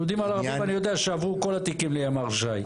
יהודים על ערבים אני יודע שעברו כל התיקים לימ"ר ש"י.